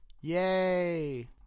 Yay